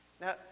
Now